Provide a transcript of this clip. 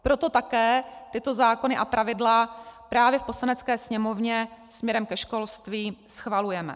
Proto také tyto zákony a pravidla právě v Poslanecké sněmovně směrem ke školství schvalujeme.